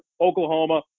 Oklahoma